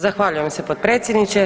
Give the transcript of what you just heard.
Zahvaljujem se potpredsjedniče.